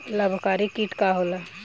लाभकारी कीट का होला?